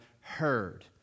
heard